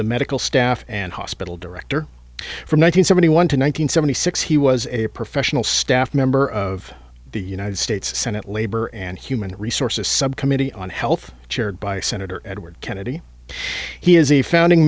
the medical staff and hospital director from one hundred seventy one to nine hundred seventy six he was a professional staff member of the united states senate labor and human resources subcommittee on health chaired by senator edward kennedy he is a founding